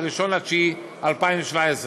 הוא ב-1 בספטמבר 2017,